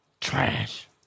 Trash